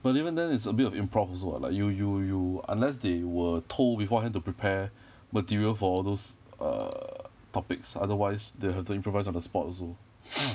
but even then it's a bit of improv also what like you you you unless they were told beforehand to prepare materials for all those err topics otherwise they have to improvise on the spot also